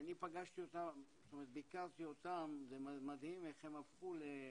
אני ביקרתי אותם, ומדהים איך הם הפכו ל,